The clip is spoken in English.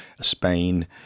Spain